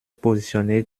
positionnée